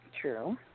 True